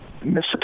Mississippi